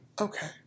Okay